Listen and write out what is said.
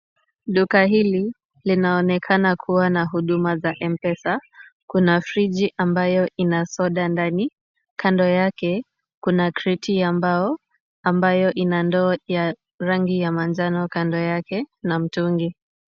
Duka hili linaonekana kuwa na huduma za mpesa. Kuna friji ambayo ina soda ndani. Kando yake kuna kreti ya mbao ambayo ina ndoo ya rangi ya manjano kando yake na mtungi.